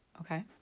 Okay